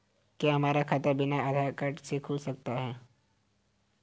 क्या हमारा खाता बिना आधार कार्ड के खुल सकता है?